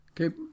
Okay